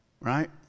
Right